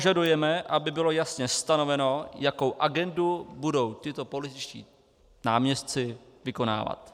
Požadujeme, aby bylo jasně stanoveno, jakou agendu budou tito političtí náměstci vykonávat.